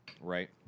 right